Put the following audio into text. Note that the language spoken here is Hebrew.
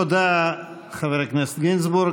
תודה, חבר הכנסת גינזבורג.